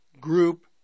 group